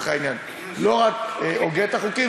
לא רק הוגה את החוקים,